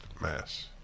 mass